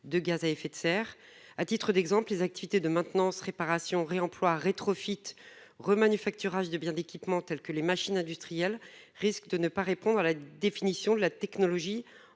de gaz à effet de serre. À titre d'exemple, les activités de maintenance réparation réemploi rétro feat remanie factura de biens d'équipements tels que les machines industrielles risque de ne pas répondre à la définition de la technologie